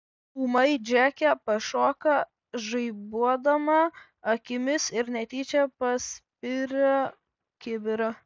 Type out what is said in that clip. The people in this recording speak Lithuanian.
ūmai džeke pašoka žaibuodama akimis ir netyčia paspiria kibirą